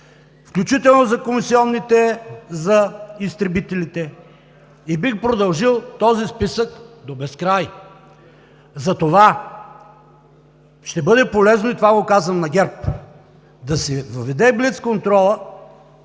включително за комисионите за изтребителите – бих продължил този списък до безкрай. Затова ще бъде полезно, и това го казвам на ГЕРБ, да се въведе блицконтролът